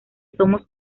somos